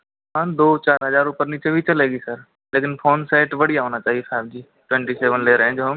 हाँ दो चार हजार ऊपर नीचे भी चलेगी सर लेकिन फ़ोन सेट बढ़िया होना चाहिए साहब जी ट्वेंटी सेवन ले रहे हें जो हम